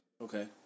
Okay